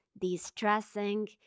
distressing